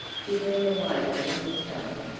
fiddling away to himself,